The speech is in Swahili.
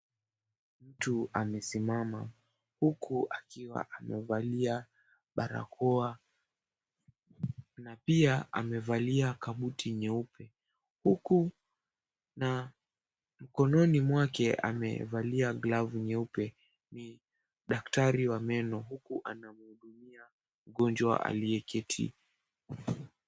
Mtu amesimama huku akiwa amevalia barakoa na pia amevalia kaputi nyeupe huku na mkononi mwake amevalia glavu nyeupe. Ni daktari wa meno huku anamwangalia mgonjwa aliyeketi.